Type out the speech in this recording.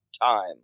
time